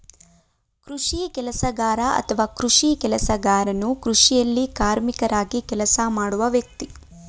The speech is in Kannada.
ಕೃಷಿ ಕೆಲಸಗಾರ ಅಥವಾ ಕೃಷಿ ಕೆಲಸಗಾರನು ಕೃಷಿಯಲ್ಲಿ ಕಾರ್ಮಿಕರಾಗಿ ಕೆಲಸ ಮಾಡುವ ವ್ಯಕ್ತಿ